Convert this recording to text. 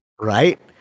Right